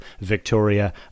Victoria